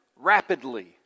rapidly